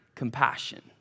compassion